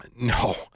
No